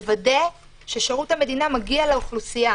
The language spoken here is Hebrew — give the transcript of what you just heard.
לוודא ששירות המדינה מגיע לאוכלוסייה.